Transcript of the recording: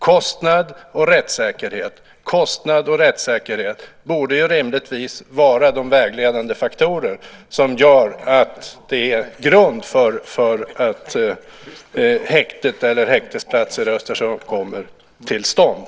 Kostnad och rättssäkerhet borde ju rimligtvis vara de vägledande faktorer som är en grund för att ett häkte eller häktesplatser i Östersund kommer till stånd.